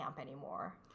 anymore